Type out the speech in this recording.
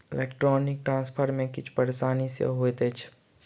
electronic transfer मे किछु परेशानी सेहो होइत अछि